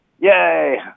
Yay